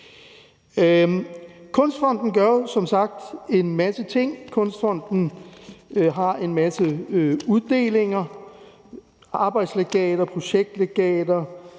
Kunstfonden gør jo som sagt en masse ting. Kunstfonden har en masse uddelinger, arbejdslegater, projektlegater,